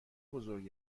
بزرگ